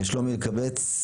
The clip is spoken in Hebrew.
שלומי אלקבץ,